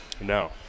No